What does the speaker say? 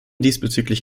diesbezüglich